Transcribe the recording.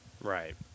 Right